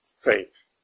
faith